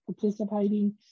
participating